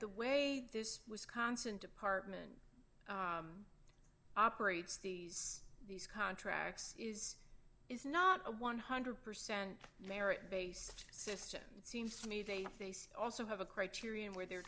the way this wisconsin department operates these contracts is is not a one hundred percent merit based system it seems to me they face also have a criterion where they're